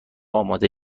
آماده